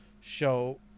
show